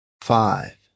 five